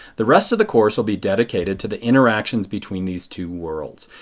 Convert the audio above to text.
the rest of the course will be dedicated to the interactions between these two worlds.